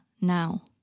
now